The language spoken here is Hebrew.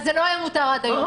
אז זה לא היה מותר עד היום.